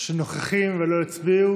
מיכל שיר סגמן,